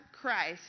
Christ